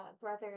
brother